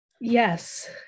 Yes